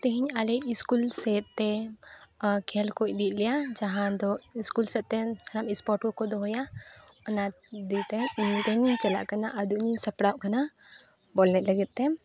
ᱛᱮᱦᱮᱧ ᱟᱞᱮ ᱥᱠᱩᱞ ᱥᱮᱫᱛᱮ ᱠᱷᱮᱹᱞ ᱠᱚ ᱤᱫᱤᱭᱮᱫ ᱞᱮᱭᱟ ᱡᱟᱦᱟᱸ ᱫᱚ ᱥᱠᱩᱞ ᱥᱮᱫᱛᱮ ᱥᱯᱳᱨᱴ ᱠᱚᱠᱚ ᱫᱚᱦᱚᱭᱟ ᱚᱱᱟ ᱫᱤᱭᱮᱛᱮ ᱤᱧ ᱛᱮᱜᱮᱧ ᱪᱟᱞᱟᱜ ᱠᱟᱱᱟ ᱟᱫᱚ ᱤᱧᱤᱧ ᱥᱟᱯᱲᱟᱣᱚᱜ ᱠᱟᱱᱟ ᱵᱚᱞ ᱮᱱᱮᱡ ᱞᱟᱹᱜᱤᱫ ᱛᱮ